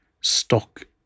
stock